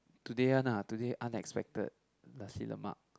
today one lah today unexpected Nasi-Lemak